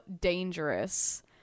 dangerous